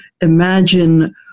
imagine